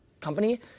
company